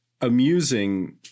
Amusing